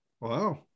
Wow